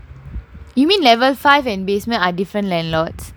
you mean level five and basement are different landlords